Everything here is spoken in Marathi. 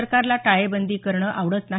सरकारला टाळेबंदी करणं आवडत नाही